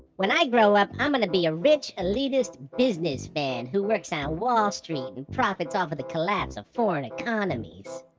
when i grow up, i'm going to be a rich, elitist businessman who works on wall street and profits. off of the collapse of foreign economies.